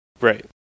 Right